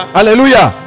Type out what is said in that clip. Hallelujah